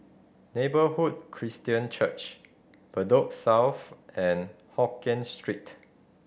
Neighbourhood Christian Church Bedok South and Hokien Street